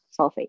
sulfate